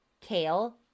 kale